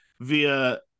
via